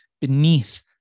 beneath